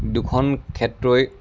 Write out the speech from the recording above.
দুখন ক্ষেত্ৰই